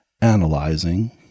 analyzing